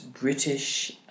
British